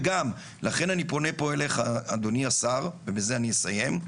תודה רבה לך חבר הכנסת עופר כסיף.